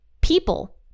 people